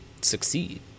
succeed